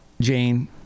Jane